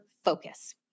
Focus